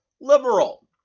liberal